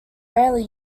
rarely